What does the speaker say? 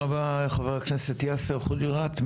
תודה רבה חבר הכנסת יאסר חוג'יראת.